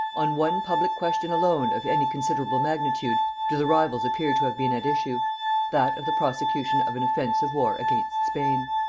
on one public question alone of any considerable magnitude do the rivals appear to have been at issue that of the prosecution of an offensive war against spain.